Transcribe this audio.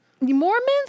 Mormons